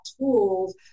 tools